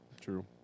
True